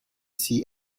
see